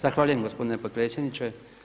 Zahvaljujem gospodine potpredsjedniče.